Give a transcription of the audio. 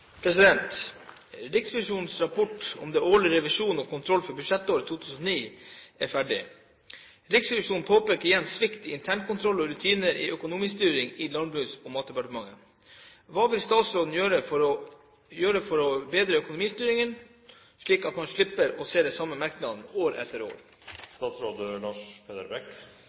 rapport om den årlige revisjon og kontroll for budsjettåret 2009 er ferdig. Riksrevisjonen påpeker igjen svikt i internkontroll og rutiner i økonomistyringen i Landbruks- og matdepartementet. Hva vil statsråden gjøre for å bedre økonomistyringen, slik at vi slipper å se de samme merknadene år etter år?»